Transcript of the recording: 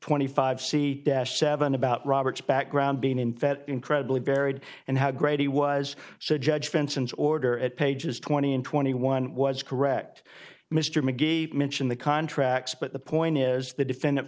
twenty five c seven about roberts background being in fat incredibly varied and how great he was so judge for instance order at pages twenty and twenty one was correct mr mcgee mentioned the contracts but the point is the defendant